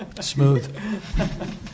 smooth